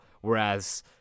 whereas